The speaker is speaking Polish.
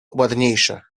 ładniejsze